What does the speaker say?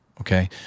okay